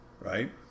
Right